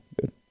good